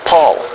Paul